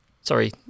Sorry